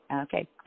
Okay